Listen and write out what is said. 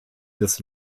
des